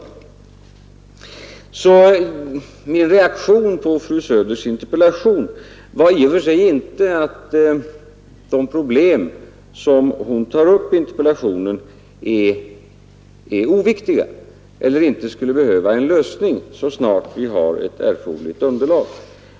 att förbättra servicen genom närbutiker att förbättra servicen genom närbutiker Min reaktion på fru Söders interpellation var i och för sig inte att de problem som hon tar upp är oviktiga eller inte skulle behöva en lösning så snart vi har ett erforderligt underlag.